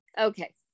okay